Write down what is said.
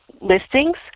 listings